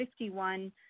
51